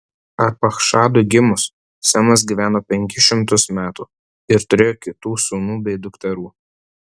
arpachšadui gimus semas gyveno penkis šimtus metų ir turėjo kitų sūnų bei dukterų